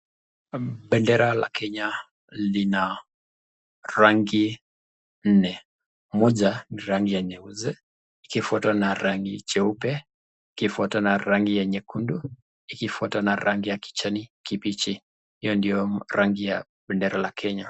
Bendera la kenya lina rangi nne, moja ni rangi nyeusi, ikifuatwa na rangi jeupe, ikifuatwa na rangi ya nyekundu, ikifuatwa na rangi ya kijani kibichi hiyo ndio rangi ya benera la kenya.